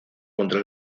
contra